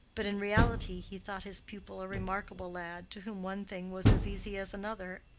but in reality he thought his pupil a remarkable lad, to whom one thing was as easy as another,